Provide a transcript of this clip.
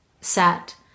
sat